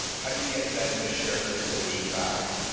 how do you get them to share their solution back?